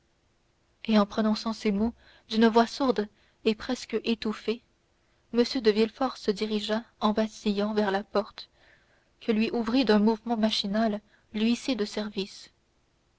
et en prononçant ces mots d'une voix sourde et presque étouffée m de villefort se dirigea en vacillant vers la porte que lui ouvrit d'un mouvement machinal l'huissier de service